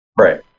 Right